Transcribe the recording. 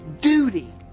duty